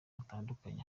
hatandukanye